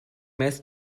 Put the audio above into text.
mess